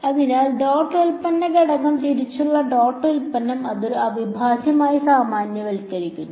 അതിനാൽ ഡോട്ട് ഉൽപ്പന്ന ഘടകം തിരിച്ചുള്ള ഡോട്ട് ഉൽപ്പന്നം അത് ഒരു അവിഭാജ്യമായി സാമാന്യവൽക്കരിക്കുന്നു